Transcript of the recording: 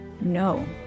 no